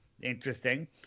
interesting